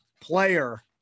player